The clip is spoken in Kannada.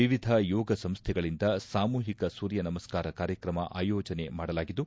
ವಿವಿಧ ಯೋಗ ಸಂಸ್ಥೆಗಳಿಂದ ಸಾಮೂಹಿಕ ಸೂರ್ಯ ನಮಸ್ಕಾರ ಕಾರ್ಯತ್ರಮ ಆಯೋಜನೆ ಮಾಡಲಾಗಿದ್ದು